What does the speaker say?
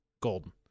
Golden